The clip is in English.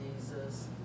Jesus